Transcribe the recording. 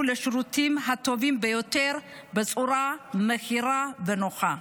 לשירותים הטובים ביותר בצורה מהירה ונוחה.